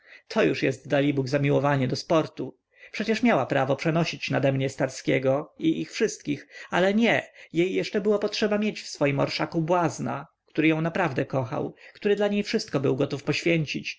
to już jest dalibóg zamiłowanie do sportu przecież miała prawo przenosić nade mnie starskiego i ich wszystkich ale nie jej jeszcze było potrzeba mieć w swoim orszaku błazna który ją naprawdę kochał który dla niej wszystko był gotów poświęcić